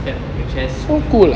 slap on your chest